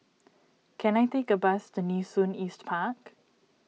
can I take a bus to Nee Soon East Park